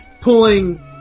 pulling